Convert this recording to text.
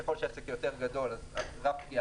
ככל שהעסק יותר גדול אז ---,